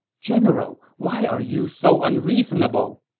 general, why are you so unreasonable?